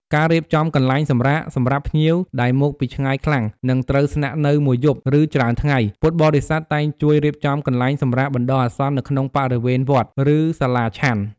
ការគ្រប់គ្រងបរិក្ខារ ពួកគេទទួលបន្ទុកក្នុងការគ្រប់គ្រង និងធានាថាបរិក្ខារចាំបាច់ទាំងអស់ ដូចជាឧបករណ៍ភ្លើង កង្ហារ ជាដើម ដំណើរការបានល្អសម្រាប់ជាប្រយោជន៍ដល់ភ្ញៀវ។